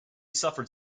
suffered